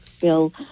bill